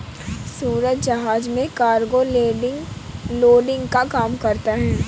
सूरज जहाज में cargo loading का काम करता है